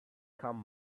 come